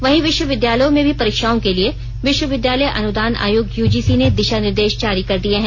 वहीं विष्वविद्यालयों में भी परीक्षाओं के लिए विष्वविद्यालय अनुदान आयोग यूजीसी ने दिषा निर्देष जारी कर दिये हैं